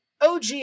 OG